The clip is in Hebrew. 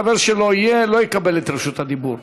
חבר שלא יהיה לא יקבל את רשות הדיבור.